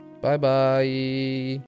Bye-bye